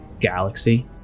galaxy